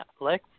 Netflix